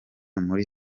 muri